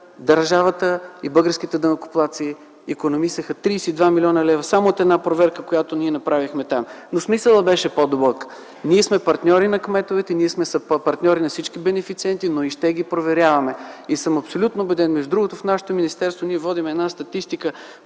Държавата и българските данъкоплатци икономисаха 32 млн. лв. само от една проверка, която направихме там. Но смисълът беше по-дълбок. Ние сме партньори на кметовете, ние сме партньори на всички бенефициенти, но и ще ги проверяваме и съм абсолютно убеден. Между другото, в нашето министерство водим една статистика